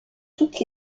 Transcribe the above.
toutes